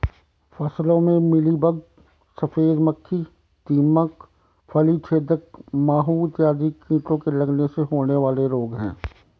फसलों में मिलीबग, सफेद मक्खी, दीमक, फली छेदक माहू इत्यादि कीटों के लगने से होने वाले रोग हैं